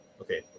okay